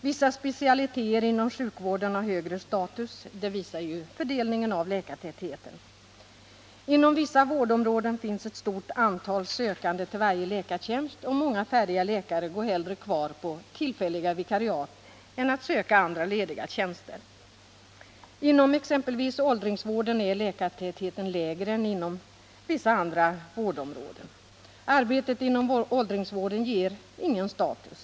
Vissa specialiteter inom sjukvården har högre status — det visar fördelningen av läkartätheten. Inom vissa vårdområden finns ett stort antal sökande till varje läkartjänst, och många färdiga läkare går hellre kvar på tillfälliga vikariat än söker andra lediga tjänster. Inom exempelvis åldringsvården är läkartätheten lägre än inom vissa andra vårdområden. Arbetet inom åldringsvården ger nämligen ingen status.